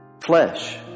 flesh